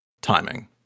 timing